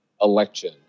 election